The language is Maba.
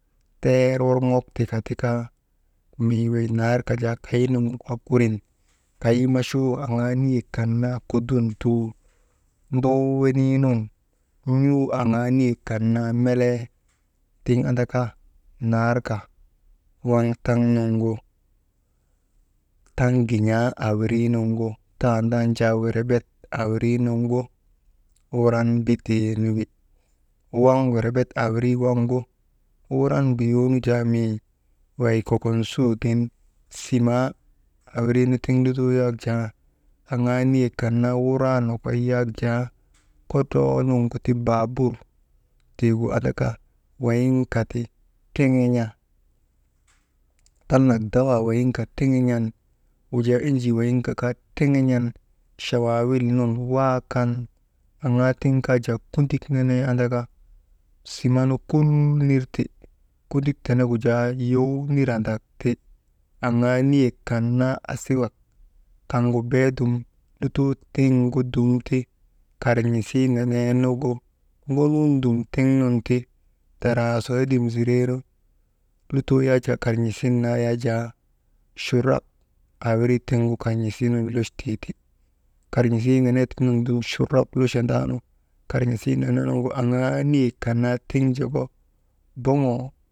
Teer worŋok tika ti kaa, mii wey narka jaa kay nugu kaa kurin kay machuu aŋaa niyek kan naa koduntuu, nduu weniinun n̰uu aŋaa niyek kan naa melee, tiŋ andaka naarka waŋ taŋ nuŋgu taŋ gin̰aa aawirii nuŋgu, tandan jaa werebet awirii nuŋgu wuran nbitee nu wi, waŋ werebet awirii nuŋu wuran mbuyoonu jaa mii wey kokon suugin simaa awiriinu tiŋ lutoo yak jaa aŋaa niyek kan naa wuraa nokoy yak jaa, kudroo nuŋuti baabur tiigu andaka wayinka ti, triŋin̰a, talnaak dawaa wayinka triŋin̰an. Wujaa enjii wayiŋka kaa triŋin̰an chawaawil nun waakan, aŋaa tiŋ kaa jaa kundik nenee andaka sima nu kulnir ti kundik tenegu jaa yow nirandak ti, aŋaa niyet kan naa asiwak kaŋgu beedum lutoo tiŋgu ti karn̰isii nenee nugu ŋonun dum daraa su hedim zireenu lutoo yak jaa karn̰isin naa yak jaa churap aa wirii tiŋgu karn̰isiinun lochteeti karn̰isii nenee tiŋgu dum churap lochondaanu, karn̰isii nenee nugu aŋaa niyek kan naa tiŋ joko boŋoo.